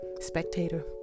spectator